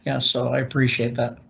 yeah, so i appreciate that.